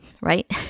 right